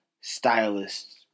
stylists